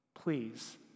please